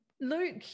Luke